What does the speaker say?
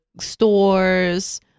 stores